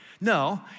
No